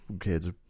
kids